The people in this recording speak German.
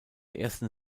ersten